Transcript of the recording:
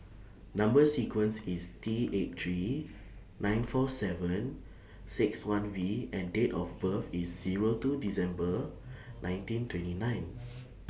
Number sequence IS T eight three nine four seven six one V and Date of birth IS Zero two December nineteen twenty nine